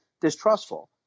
distrustful